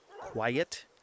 Quiet